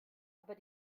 aber